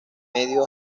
medio